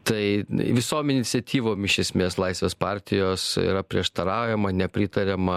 tai visom iniciatyvom iš esmės laisvės partijos yra prieštaraujama nepritariama